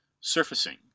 surfacing